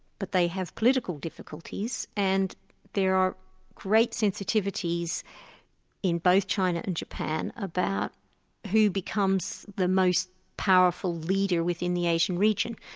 but they have political difficulties and there are great sensitivities in both china and japan about who becomes the most powerful leader within the asian region.